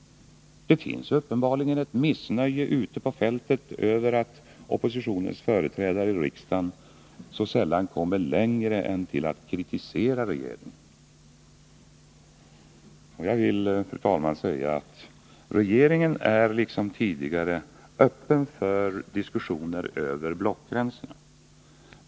Det råder uppenbarligen ett missnöje ute på fältet över att oppositionens företrädare i riksdagen så sällan kommer längre än till att kritisera regeringen. Jag vill, fru talman, säga att regeringen liksom tidigare är öppen för diskussioner över blockgränserna.